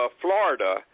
Florida